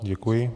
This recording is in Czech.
Děkuji.